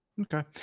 okay